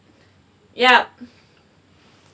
yup